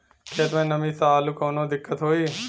खेत मे नमी स आलू मे कऊनो दिक्कत होई?